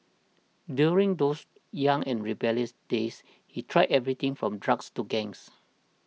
during those young and rebellious days he tried everything from drugs to gangs